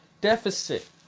deficit